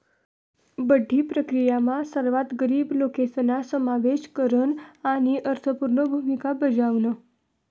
बठ्ठी प्रक्रीयामा सर्वात गरीब लोकेसना समावेश करन आणि अर्थपूर्ण भूमिका बजावण